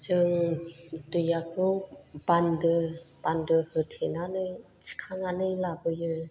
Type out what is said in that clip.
जों दैआखौ बान्दो बान्दो होथेनानै थिखांनानै लाबोयो